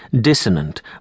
dissonant